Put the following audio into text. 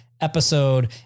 episode